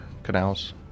Canals